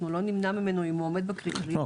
אנחנו לא נמנע ממנו אם הוא עומד בקריטריונים --- לא,